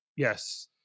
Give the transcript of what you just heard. Yes